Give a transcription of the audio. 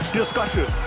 discussion